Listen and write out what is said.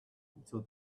until